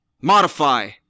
Modify